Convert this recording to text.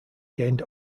gained